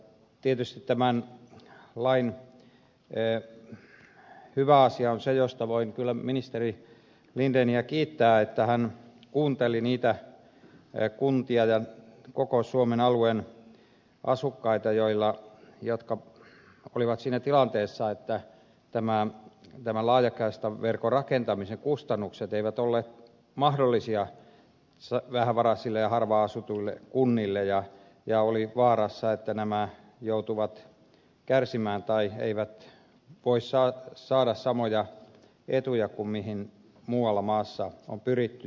tietysti tämän lain hyvä asia on se josta voin kyllä ministeri lindeniä kiittää että hän kuunteli niitä kuntia ja koko suomen alueen asukkaita jotka olivat siinä tilanteessa että tämän laajakaistaverkon rakentamisen kustannukset eivät olleet mahdollisia vähävaraisille ja harvaanasutuille kunnille ja oli vaara että nämä joutuvat kärsimään tai eivät voi saada samoja etuja kuin mihin muualla maassa on pyritty